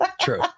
True